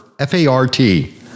f-a-r-t